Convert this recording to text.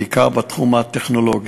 בעיקר בתחום הטכנולוגי,